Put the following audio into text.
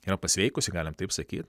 yra pasveikusi galim taip sakyt